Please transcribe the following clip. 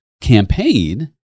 campaign